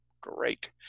Great